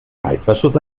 reißverschluss